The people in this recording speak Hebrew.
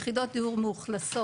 יחידות דיור מאוכלסות